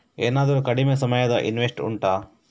ಏನಾದರೂ ಕಡಿಮೆ ಸಮಯದ ಇನ್ವೆಸ್ಟ್ ಉಂಟಾ